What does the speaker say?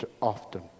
often